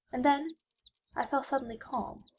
and then i fell suddenly calm,